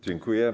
Dziękuję.